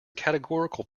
categorical